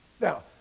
Now